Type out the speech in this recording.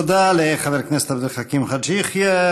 תודה לחבר הכנסת עבד אל חכים חאג' יחיא.